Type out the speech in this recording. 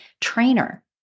trainer